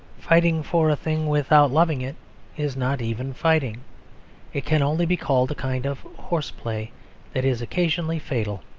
fighting for a thing without loving it is not even fighting it can only be called a kind of horse-play that is occasionally fatal.